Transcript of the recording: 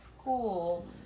school